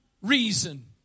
reason